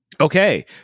okay